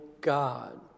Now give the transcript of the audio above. God